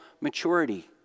maturity